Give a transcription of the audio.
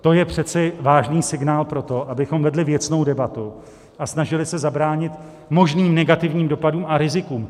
To je přece vážný signál pro to, abychom vedli věcnou debatu a snažili se zabránit možným negativním dopadům a rizikům.